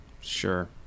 Sure